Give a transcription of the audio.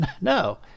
No